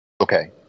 Okay